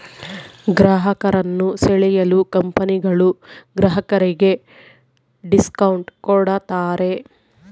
ಗ್ರಾಹಕರನ್ನು ಸೆಳೆಯಲು ಕಂಪನಿಗಳು ಗ್ರಾಹಕರಿಗೆ ಡಿಸ್ಕೌಂಟ್ ಕೂಡತಾರೆ